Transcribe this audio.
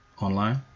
Online